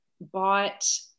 bought